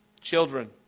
Children